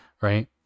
right